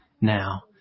now